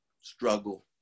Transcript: struggle